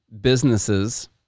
businesses